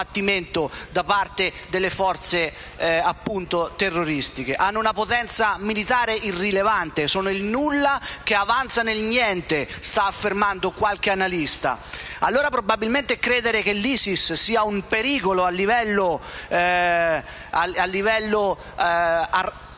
da parte delle forze terroriste. Hanno una potenza militare irrilevante: sono il nulla che avanza nel niente, come sta affermando qualche analista. Probabilmente, credere che l'ISIS sia un pericolo sul piano